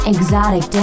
Exotic